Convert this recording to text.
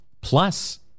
Plus